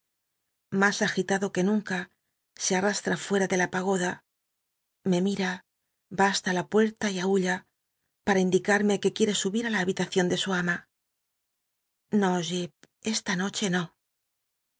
as agitado que nunca se artastm fneta de la pagoda me mira va basta la puerta y aulla para indicatmc que quiere subir i la babilacion de su ama o ll esta noche no